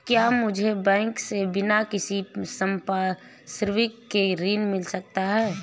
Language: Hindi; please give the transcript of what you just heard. क्या मुझे बैंक से बिना किसी संपार्श्विक के ऋण मिल सकता है?